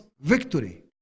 victory